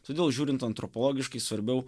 todėl žiūrint antropologiškai svarbiau